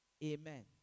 Amen